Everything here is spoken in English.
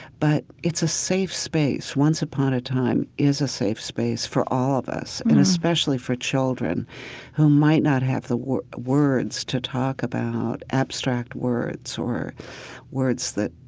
but it's a safe space. once upon a time is a safe space for all of us. and especially for children who might not have the words words to talk about, abstract words or words that,